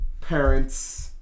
parents